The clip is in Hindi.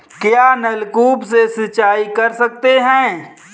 क्या नलकूप से सिंचाई कर सकते हैं?